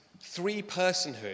three-personhood